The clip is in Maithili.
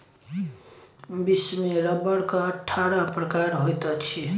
विश्व में रबड़क अट्ठारह प्रकार होइत अछि